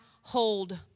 hold